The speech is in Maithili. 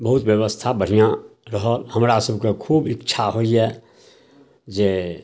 बहुत बेबस्था बढ़िआँ रहल हमरासभके खूब इच्छा होइए जे